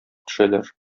төшәләр